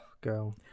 girl